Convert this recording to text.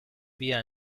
via